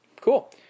Cool